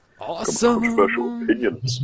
Awesome